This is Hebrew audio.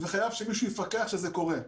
חייב שמישהו יפקח שזה קורה.